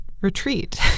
retreat